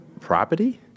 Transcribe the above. property